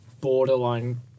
borderline